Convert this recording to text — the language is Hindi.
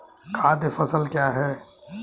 खाद्य फसल क्या है?